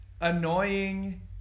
Annoying